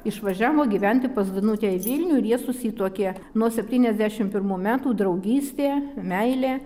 išvažiavo gyventi pas danutę į vilnių ir jie susituokė nuo septyniasdešim pirmų metų draugystė meilė